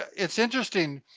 it's interesting,